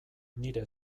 nire